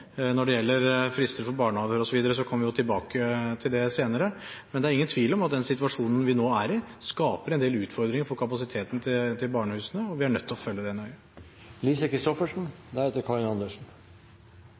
Når det gjelder frister for barnehager osv., kommer vi jo tilbake til det senere, men det er ingen tvil om at den situasjonen vi nå er i, skaper en del utfordringer for kapasiteten til barnehusene, og vi er nødt til å følge